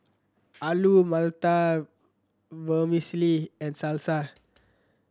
Alu Matar Vermicelli and Salsa